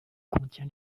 contient